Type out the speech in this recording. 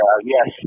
yes